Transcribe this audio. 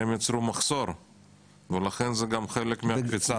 הם יצרו מחסור ולכן זה גם חלק מהקפיצה.